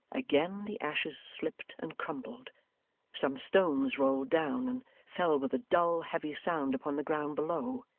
again the ashes slipped and crumbled some stones rolled down, and fell with a dull, heavy sound upon the ground below.